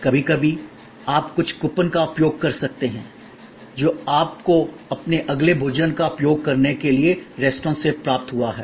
कभी कभी आप कुछ कूपन का उपयोग कर सकते हैं जो आपको अपने अगले भोजन का उपयोग करने के लिए रेस्तरां से प्राप्त हुआ है